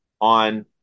on